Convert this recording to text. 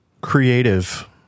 Creative